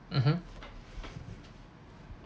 (uh huh)